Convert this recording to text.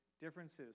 differences